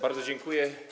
Bardzo dziękuję.